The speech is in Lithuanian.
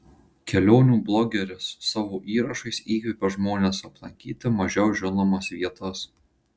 kelionių blogeris savo įrašais įkvepia žmones aplankyti mažiau žinomas vietas